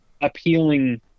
appealing